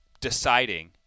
deciding –